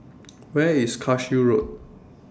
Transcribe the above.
Where IS Cashew Road